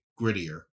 grittier